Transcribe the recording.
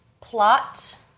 plot